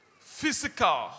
Physical